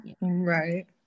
right